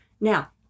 Now